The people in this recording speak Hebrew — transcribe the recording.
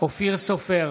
אופיר סופר,